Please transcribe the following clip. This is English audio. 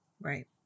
Right